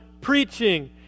preaching